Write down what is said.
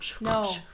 no